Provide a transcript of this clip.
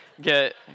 get